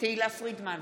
תהלה פרידמן,